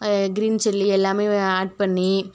green chilli எல்லாமே add பண்ணி